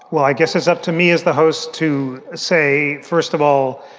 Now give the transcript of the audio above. well, i guess it's up to me as the host to say, first of all,